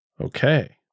Okay